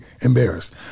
embarrassed